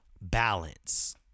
balance